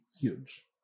huge